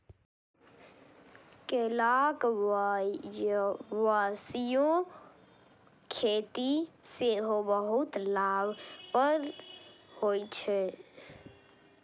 केलाक व्यावसायिक खेती सेहो बहुत लाभप्रद होइ छै